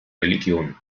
religion